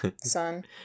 son